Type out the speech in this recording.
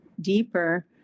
deeper